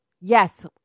yes